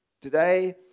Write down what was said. today